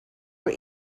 were